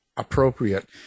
appropriate